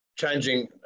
Changing